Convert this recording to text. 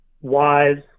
Wise